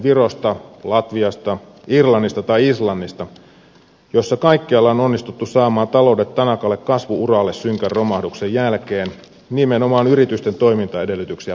virosta latviasta irlannista tai islannista joissa kaikkialla on onnistuttu saamaan taloudet tanakalle kasvu uralle synkän romahduksen jälkeen nimenomaan yritysten toimintaedellytyksiä parantamalla